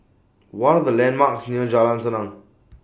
What Are The landmarks near Jalan Senang